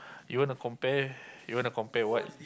you want to compare you want to compare what